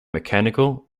mechanical